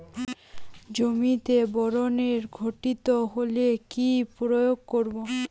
জমিতে বোরনের ঘাটতি হলে কি প্রয়োগ করব?